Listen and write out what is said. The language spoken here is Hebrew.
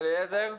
אליעזר שחור,